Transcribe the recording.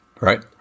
Right